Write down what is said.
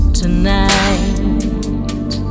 tonight